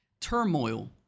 Turmoil